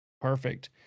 perfect